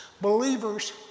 Believers